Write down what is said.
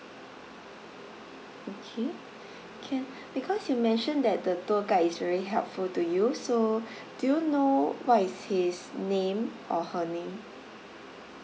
okay can because you mentioned that the tour guide is very helpful to you so do you know what is his name or her name